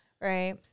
right